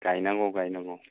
गायनांगौ गायनांगौ